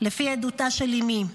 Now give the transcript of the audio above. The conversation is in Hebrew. לפי עדותה של אימי.